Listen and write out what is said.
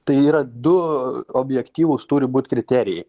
tai yra du objektyvūs turi būt kriterijai